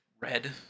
Red